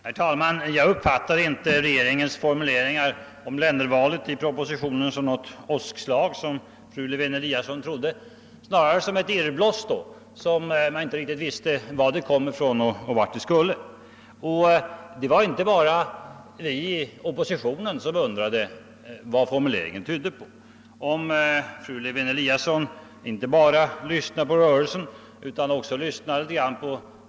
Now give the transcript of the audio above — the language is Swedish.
Herr talman! Jag uppfattar inte regeringens formuleringar i propositionen om ländervalet som något åskslag som fru Lewén-Eliasson trodde, snarare som ett irrbloss som man inte riktigt visste varifrån det kom och vart det var på väg. Det var inte bara vi inom oppositionen som undrade över vad formule ringen betydde. Om fru Lewén-Eliasson lyssnat inte bara på rörelsen utan också litet grand på.